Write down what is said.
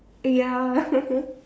ya